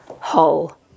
Hull